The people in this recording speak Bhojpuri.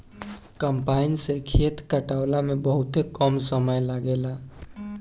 कम्पाईन से खेत कटावला में बहुते कम समय लागेला